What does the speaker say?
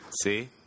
See